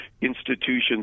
institutions